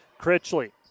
Critchley